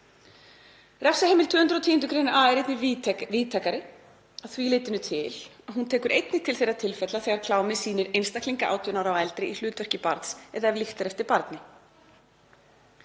Refsiheimild 210. gr. a er einnig víðtækari að því leyti að hún tekur einnig til þeirra tilfella þegar klámið sýnir einstaklinga 18 ára og eldri í hlutverki barns, eða ef líkt er eftir barni.